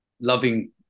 Loving